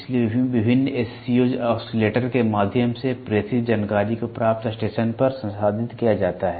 इसलिए विभिन्न SCOs oscillator के माध्यम से प्रेषित जानकारी को प्राप्त स्टेशन पर संसाधित किया जाता है